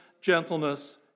gentleness